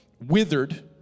withered